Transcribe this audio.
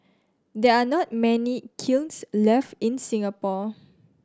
there're not many kilns left in Singapore